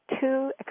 two